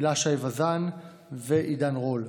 הילה שי וזאן ועידן רול,